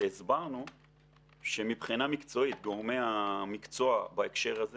והסברנו שמבחינה מקצועית גורמי המקצוע בהקשר הזה